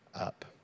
up